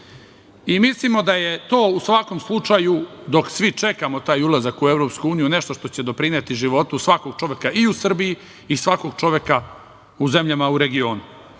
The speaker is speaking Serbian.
Mislimo da je to u svakom slučaju, dok svi čekamo taj ulazak u EU, nešto što će doprineti životu svakog čoveka i u Srbiji i svakog čoveka u zemljama u regionu. Ono